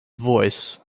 voice